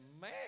man